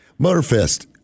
Motorfest